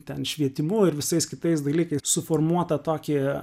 ten švietimu ir visais kitais dalykais suformuotą tokį